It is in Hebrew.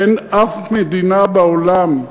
אין אף מדינה בעולם,